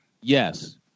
Yes